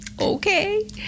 Okay